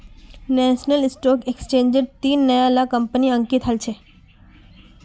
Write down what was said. national Stock एक्सचेंजट तीन नया ला कंपनि अंकित हल छ